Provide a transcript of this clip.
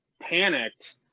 panicked